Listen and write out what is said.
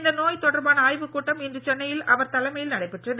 இந்த நோய் தொடர்பான ஆய்வுக் கூட்டம் இன்று சென்னையில் அவர் தலைமையில் நடைபெற்றது